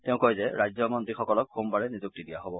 তেওঁ কয় যে ৰাজ্য মন্ত্ৰীসকলক সোমবাৰে নিযুক্তি দিয়া হ'ব